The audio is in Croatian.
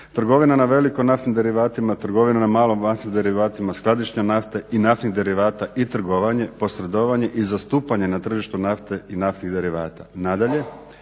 trgovina na veliko naftnim derivatima, trgovina na malo naftnim derivatima, skladišta nafte i naftnih derivata i trgovanje, posredovanje i zastupanje na tržištu nafte i naftnih derivata.